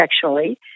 sexually